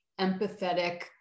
empathetic